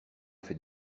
fait